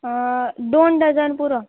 दोन डजन पुरो